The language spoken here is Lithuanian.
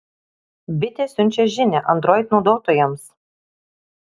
bitė siunčia žinią android naudotojams